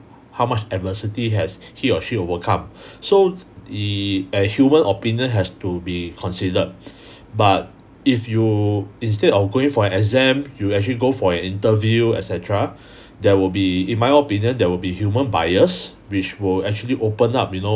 how much adversity has he or she overcome so err a human opinion has to be considered but if you instead of going for an exam you actually go for an interview et cetera there will be in my opinion there will be human bias which will actually open up you know